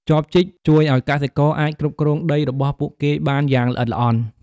ចបជីកជួយឱ្យកសិករអាចគ្រប់គ្រងដីរបស់ពួកគេបានយ៉ាងល្អិតល្អន់។